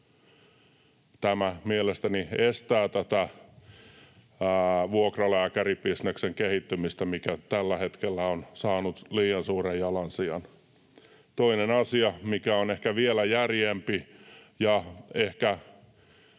Tämä mielestäni estää tätä vuokralääkäribisneksen kehittymistä, mikä tällä hetkellä on saanut liian suuren jalansijan. Toinen asia, mikä on ehkä vielä järeämpi ja ehkä